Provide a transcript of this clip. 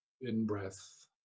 in-breath